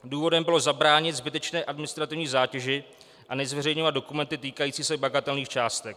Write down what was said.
Důvodem bylo zabránit zbytečné administrativní zátěži a nezveřejňovat dokumenty týkající se bagatelních částek.